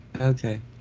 okay